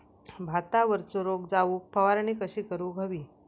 भातावरचो रोग जाऊक फवारणी कशी करूक हवी?